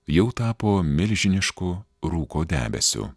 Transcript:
jau tapo milžinišku rūko debesiu